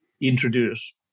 introduce